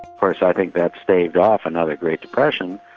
course i think that staved off another great depression,